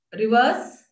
Reverse